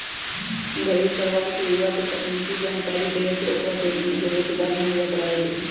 गरीब परिवार के युवा के तकनीकी जानकरी देके ओकरा रोजगार मुहैया करवावे के हई